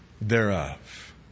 thereof